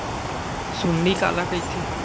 सुंडी काला कइथे?